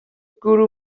gwrw